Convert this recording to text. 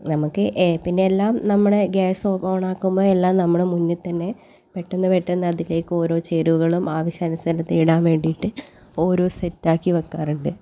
നമുക്ക് എ പിന്നെ എല്ലാം നമ്മുടെ ഗ്യാസ് ഓണ് ആക്കുമ്പോൾ എല്ലാം നമ്മുടെ മുന്നിൽ തന്നെ പെട്ടന്ന് പെട്ടെന്ന് അതിലേക്ക് ഓരോ ചേരുവകളും ആവശ്യാനുസരണത്തിന് ഇടാൻ വേണ്ടീട്ട് ഓരോന്നും സെറ്റ് ആക്കി വെക്കാറുണ്ട്